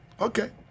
Okay